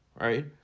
right